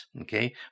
okay